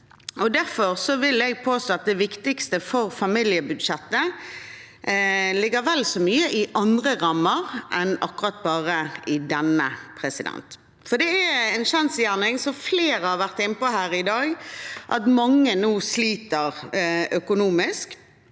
Derfor vil jeg påstå at det viktigste for familiebudsjettet ligger vel så mye i andre rammer enn akkurat bare denne. Det er en kjensgjerning, som flere har vært inne på her i dag, at mange nå sliter økonomisk